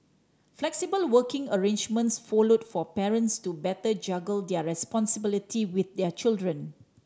flexible working arrangements followed for parents to better juggle their responsibility with their children